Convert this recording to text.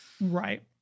right